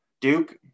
Duke